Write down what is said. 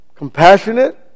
Compassionate